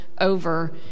over